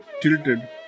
tilted